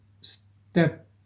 step